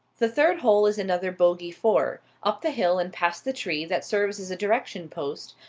the third hole is another bogey four, up the hill and past the tree that serves as a direction-post,